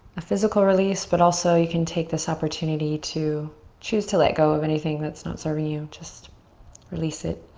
a physical release but also you can take this opportunity to choose to let go of anything that's not serving you. just release it